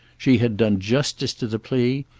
she had done justice to the plea,